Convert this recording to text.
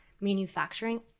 manufacturing